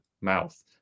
mouth